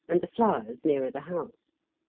and the flowers nearer the house.